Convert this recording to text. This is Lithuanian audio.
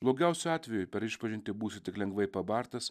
blogiausiu atveju per išpažintį būsi tik lengvai pabartas